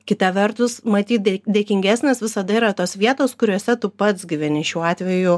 kita vertus matyt dėkingesnės visada yra tos vietos kuriose tu pats gyveni šiuo atveju